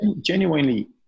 genuinely